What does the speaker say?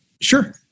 Sure